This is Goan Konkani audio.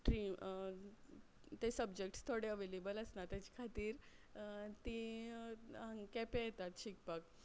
स्ट्रीम ते सबजॅक्ट्स थोडे अवेलेबल आसना तेज खातीर तीं हांग केंपें येतात शिकपाक